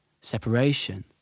separation